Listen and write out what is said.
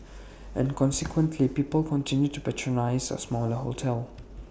and consequently people continued to patronise A smaller hotel